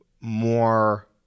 more